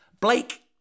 Blake